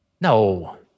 No